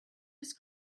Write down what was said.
just